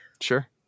sure